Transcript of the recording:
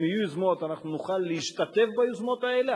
אם יהיו יוזמות אנחנו נוכל להשתתף ביוזמות האלה,